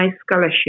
scholarship